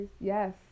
Yes